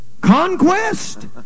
Conquest